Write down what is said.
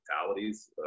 fatalities